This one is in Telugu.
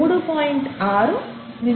6 నించి 3